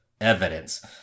evidence